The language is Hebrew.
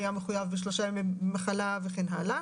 ההורה היה מחויב בשלושה ימי מחלה וכן הלאה